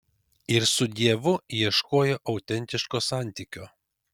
ir su dievu ieškojo autentiško santykio